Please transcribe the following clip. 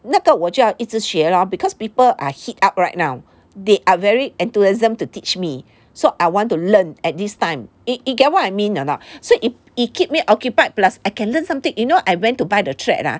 那个我就要一直学 lor because people are heat up right now they are very enthusiasm to teach me so I want to learn at this time you you get what I mean or not so it keep me occupied plus I can learn something you know I went to buy the thread ah